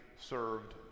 served